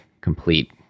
complete